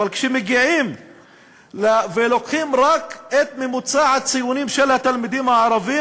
אבל כשמגיעים ולוקחים רק את ממוצע הציונים של התלמידים הערבים,